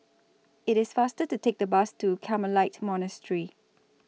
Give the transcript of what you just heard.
IT IS faster to Take The Bus to Carmelite Monastery